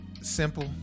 Simple